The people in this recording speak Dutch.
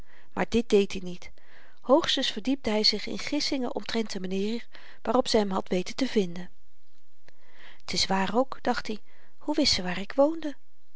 maar dit deed i niet hoogstens verdiepte hy zich in gissingen omtrent de manier waarop ze hem had weten te vinden t is waar ook dacht i hoe wist ze waar ik woonde